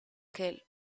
che